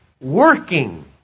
working